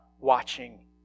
watching